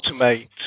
automate